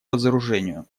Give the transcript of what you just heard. разоружению